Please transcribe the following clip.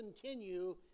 continue